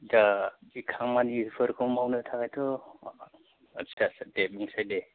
दा बे खामानिफोरखौ मावनो थाखायथ' दे बुंसाय दे